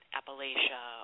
Appalachia